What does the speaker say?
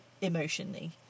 emotionally